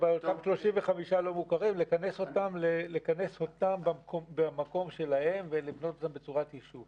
את אותם 35 לא מוכרים לכנס אותם במקום שלהם ולבנות אותם בצורת יישוב.